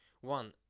one